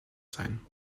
sein